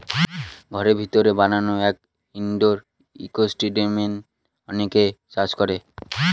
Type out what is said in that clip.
ঘরের ভিতরে বানানো এক ইনডোর ইকোসিস্টেম অনেকে চাষ করে